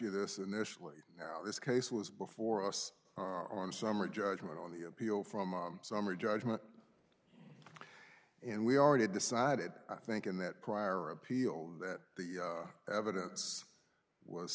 you this initially how this case was before us on summary judgment on the appeal from a summary judgment and we already decided i think in that prior appeal that the evidence was